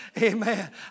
Amen